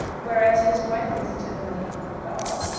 whereas his wife visited the lady not at all?